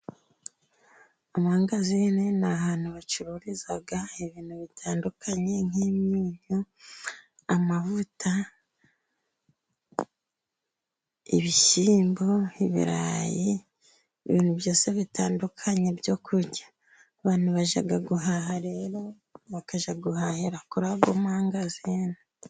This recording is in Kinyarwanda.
Amangazine ni ahantu bacururizaga ibintu bitandukanye nk'imyunyu, amavuta, ibishyimbo, ibirayi, ibintu byose bitandukanye byo kurya. Abantu bajya guhaha rero, bakajya guhahira kuri ayo mangazini.